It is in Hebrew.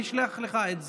אני אשלח לך את זה,